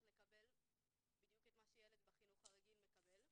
לקבל בדיוק את מה שילד בחינוך הרגיל מקבל.